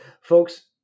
Folks